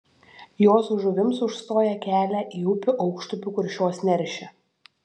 jos žuvims užstoja kelia į upių aukštupį kur šios neršia